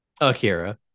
akira